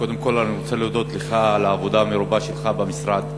קודם כול אני רוצה להודות לך על העבודה המרובה שלך במשרד.